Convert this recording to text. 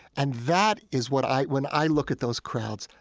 and that is what i, when i look at those crowds,